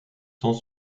sans